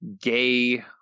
gay